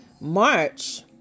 March